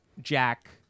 Jack